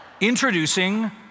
Introducing